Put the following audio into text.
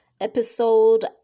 episode